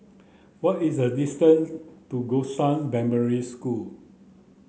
what is the distance to Gongshang Primary School